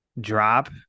drop